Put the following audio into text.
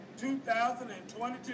2022